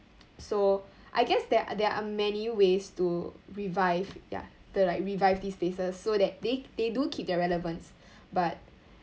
so I guess there are there are many ways to revive ya to like revive these places so that they they do keep their relevance but